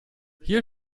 hier